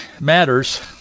matters